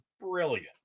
brilliant